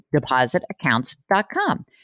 depositaccounts.com